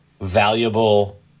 valuable